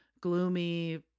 gloomy